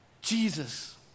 Jesus